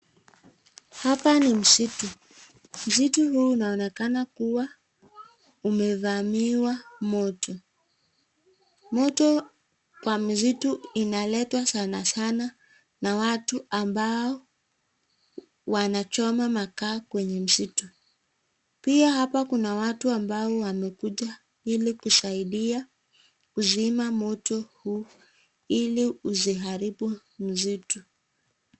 Hapa ni msitu, msitu huu unaonekana kuwa umevamiwa moto, moto kwa msitu inaletwa sanana na watu ambao wanachoma makaa kwenye msitu, pia hapa kuna watu ambao wamekuja ili kusaidia kuzima moto huu ili usiharibu msitu.